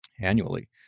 annually